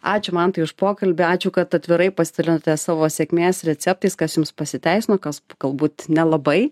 ačiū mantai už pokalbį ačiū kad atvirai pasidalinote savo sėkmės receptais kas jums pasiteisino kas galbūt nelabai